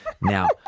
Now